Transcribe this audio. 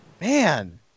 man